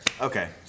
Okay